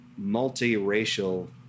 multiracial